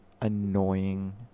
annoying